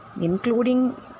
including